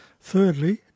Thirdly